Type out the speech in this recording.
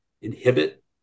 inhibit